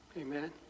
Amen